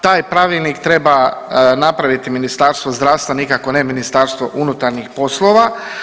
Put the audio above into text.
Taj pravilnik treba napraviti Ministarstvo zdravstva, nikako ne Ministarstvo unutarnjih poslova.